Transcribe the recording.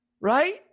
right